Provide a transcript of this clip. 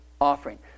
offering